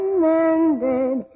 mended